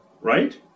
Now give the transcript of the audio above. right